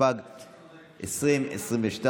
התשפ"ג 2022,